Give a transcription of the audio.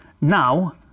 Now